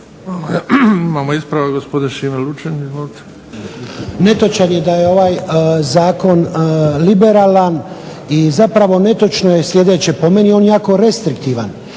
Imamo ispravak gospodin Šime Lučin. Izvolite. **Lučin, Šime (SDP)** Netočan je da je ovaj Zakon liberalan i zapravo netočno je sljedeće. Po meni je on jako restriktivan